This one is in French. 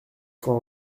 fois